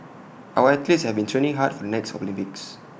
our athletes have been training hard for the next Olympics